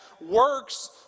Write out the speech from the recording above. works